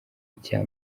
nshya